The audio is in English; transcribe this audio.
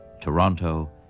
Toronto